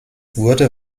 wurde